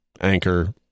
Anchor